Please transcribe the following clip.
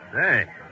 Hey